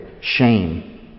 Shame